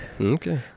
Okay